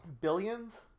Billions